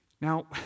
Now